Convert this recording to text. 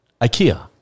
Ikea